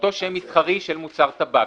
לאותו שם מסחרי של מוצר טבק.